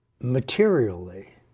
materially